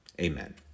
Amen